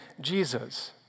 Jesus